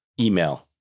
email